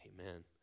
Amen